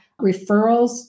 Referrals